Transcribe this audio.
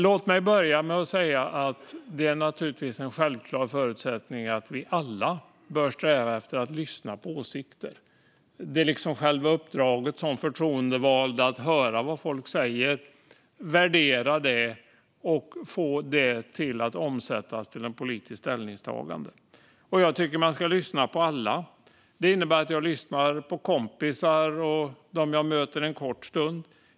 Låt mig börja med att säga att det är en självklarhet att vi alla bör sträva efter att lyssna på åsikter. Det är liksom själva uppdraget som förtroendevald att höra vad folk säger, värdera det och få det att omsättas till politiska ställningstaganden. Jag tycker att man ska lyssna på alla. Det innebär att jag lyssnar på kompisar och på dem jag möter en kort stund.